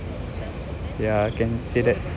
yeah can say that